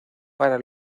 para